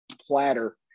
platter